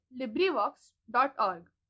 LibriVox.org